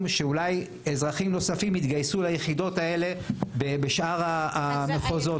שאולי אזרחים נוספים יתגייסו ליחידות האלו בשאר המחוזות.